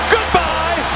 Goodbye